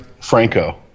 Franco